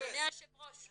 היושב ראש,